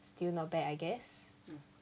still not bad I guess